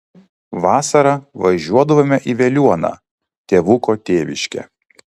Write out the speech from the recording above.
vasarą važiuodavome į veliuoną tėvuko tėviškę